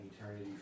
eternity